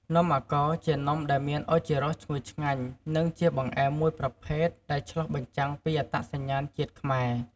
នំអាកោរជានំដែលមានឱជារសឈ្ងុយឆ្ងាញ់ និង ជាបង្អែមមួយប្រភេទដែលឆ្លុះបញ្ចាំងពីអត្តសញ្ញាណជាតិខ្មែរ។